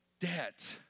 debt